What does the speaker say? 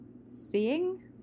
seeing